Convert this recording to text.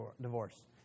divorce